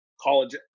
college